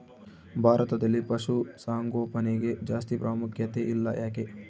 ಭಾರತದಲ್ಲಿ ಪಶುಸಾಂಗೋಪನೆಗೆ ಜಾಸ್ತಿ ಪ್ರಾಮುಖ್ಯತೆ ಇಲ್ಲ ಯಾಕೆ?